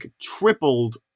tripled